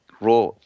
raw